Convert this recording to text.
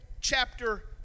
chapter